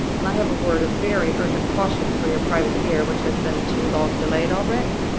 and i have a word of very urgent caution for your private ear, which has been too long delayed already.